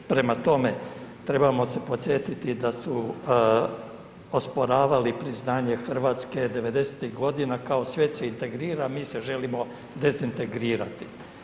Prema tome, trebamo se podsjetiti da su osporavali priznanje Hrvatske devedesetih godina kao svijet se integrira, mi se želimo dezintegrirati.